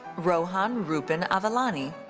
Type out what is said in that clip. rohan rubin avalani.